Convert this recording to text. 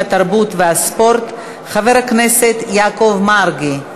התרבות והספורט חבר הכנסת יעקב מרגי.